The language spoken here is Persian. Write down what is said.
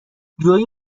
جویی